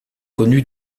connus